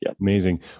Amazing